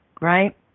right